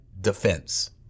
defense